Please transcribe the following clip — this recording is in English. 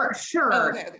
sure